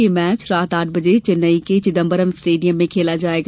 ये मैच रात आठ बजे चैन्नई के चिदम्बरम स्टेडियम में खेला जायेगा